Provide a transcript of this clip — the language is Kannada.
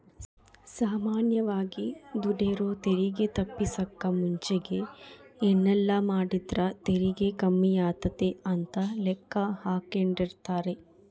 ಸಾಮಾನ್ಯವಾಗಿ ದುಡೆರು ತೆರಿಗೆ ತಪ್ಪಿಸಕ ಮುಂಚೆಗೆ ಏನೆಲ್ಲಾಮಾಡಿದ್ರ ತೆರಿಗೆ ಕಮ್ಮಿಯಾತತೆ ಅಂತ ಲೆಕ್ಕಾಹಾಕೆಂಡಿರ್ತಾರ